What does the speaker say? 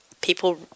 People